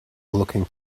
looking